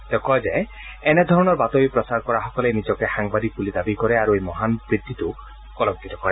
তেওঁ কয় যে এনেধৰণৰ বাতৰি প্ৰচাৰ কৰাসকলে নিজকে সাংবাদিক বুলি দাবী কৰে আৰু এই মহান বৃত্তিটোক কলংকিত কৰে